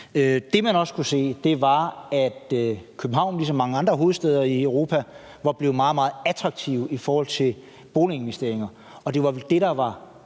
Det, man også kunne se, var, at København ligesom mange andre hovedstæder i Europa var blevet meget, meget attraktiv i forhold til boliginvesteringer, og det var vel det, der var